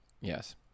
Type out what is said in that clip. Yes